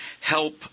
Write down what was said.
help